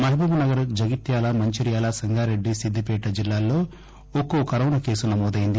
మహబూబ్నగర్ జగిత్యాల మంచిర్యాల సంగారెడ్డి సిద్దిపేట జిల్లాల్లో ఒక్కో corona case నమోదయింది